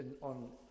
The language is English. on